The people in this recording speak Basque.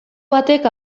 batek